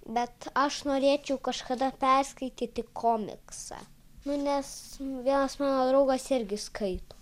bet aš norėčiau kažkada perskaityti komiksą nu nes vienas mano draugas irgi skaito